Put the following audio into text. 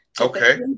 okay